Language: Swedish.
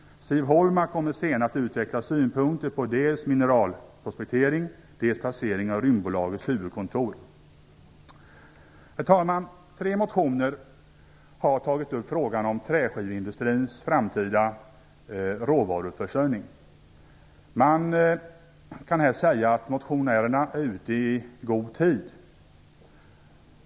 Siv Holma kommer senare att utveckla synpunkter på dels mineralprospektering, dels placeringen av Herr talman! I tre motioner har man tagit upp frågan om träskiveindustrins framtida råvaruförsörjning. Man kan här säga att motionärerna är ute i god tid.